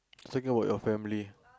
talking about your family